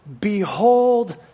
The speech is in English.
behold